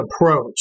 approach